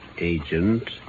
agent